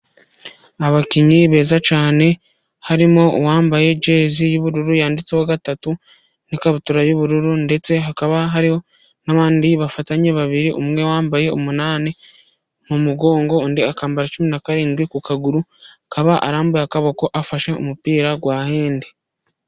Abakinnyi beza cyane, harimo uwambaye jezi y'ubururu yanditseho gatatu n'ikabutura y'ubururu, ndetse hakaba hariho n'abandi bafatanye babiri; umwe wambaye umunani mu mugongo, undi akaba yambara cumi na karindwi ku kaguru akaba arambuye akaboko afashe umupira wa hendi.